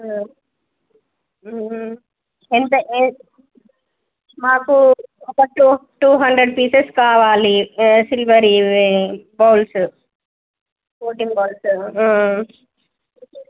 ఎంత మాకు ఒక టూ టూ హండ్రెడ్ పీసెస్ కావాలి సిల్వర్వి బౌల్స్ కోటింగ్ బౌల్స్ ఆ